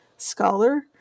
scholar